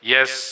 Yes